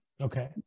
okay